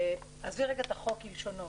עזבי רגע את החוק כלשונו,